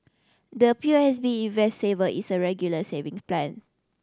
the P O S B Invest Saver is a Regular Saving Plan